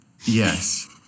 Yes